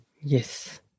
Yes